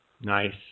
nice